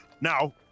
Now